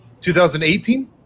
2018